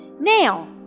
Now